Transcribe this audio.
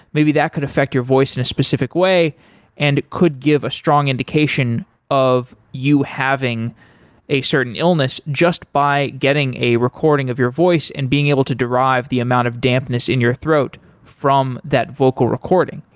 maybe that could affect your voice in a specific way and could give a strong indication of you having a certain illness just by getting a recording of your voice and being able to derive the amount of dampness in your throat from that vocal recording.